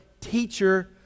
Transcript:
teacher